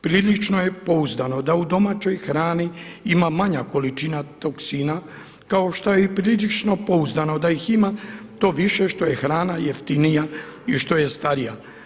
Prilično je pouzdano da u domaćoj hrani ima manja količina toksina kao što je i prilično pouzdano da ih ima to više što je hrana jeftinija i što je starija.